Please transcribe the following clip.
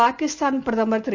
பாகிஸ்தான் பிரதமர் திரு